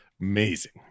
amazing